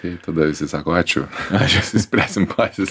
tai tada sako ačiū aš išsispręsim patys